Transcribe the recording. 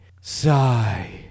Sigh